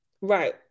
Right